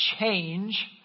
change